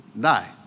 die